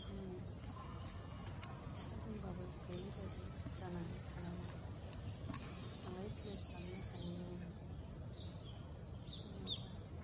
दिनै फैसा दंबाबो गैयै बायदि जानानै थानांदों थांलाय फैलाय खालायनो हायैयावनो दिनै